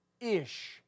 ish